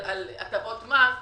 על הטבות מס.